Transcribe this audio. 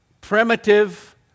primitive